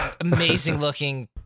amazing-looking